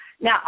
Now